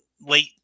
late